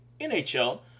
NHL